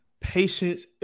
patience